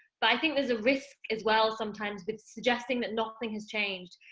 but i think there's a risk as well, sometimes, with suggesting that nothing has changed,